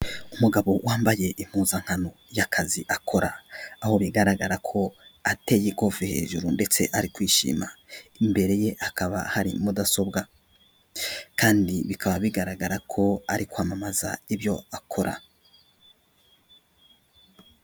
Umugabo wambaye impuzankano y'akazi akora aho bigaragara ko ateye ikofe hejuru ndetse ari kwishima, imbere ye akaba hari mudasobwa kandi bikaba bigaragara ko ari kwamamaza ibyo akora.